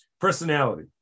personality